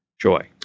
joy